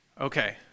Okay